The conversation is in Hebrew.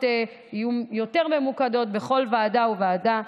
יהיו יותר ממוקדות בכל ועדה וועדה.